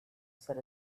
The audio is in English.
said